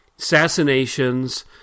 assassinations